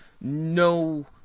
no